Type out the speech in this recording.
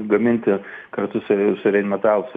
gaminti kartu su su rain metals